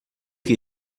que